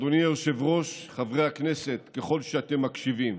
אדוני היושב-ראש, חברי הכנסת, ככל שאתם מקשיבים,